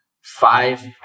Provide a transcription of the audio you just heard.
five